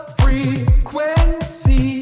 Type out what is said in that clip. frequency